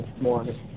morning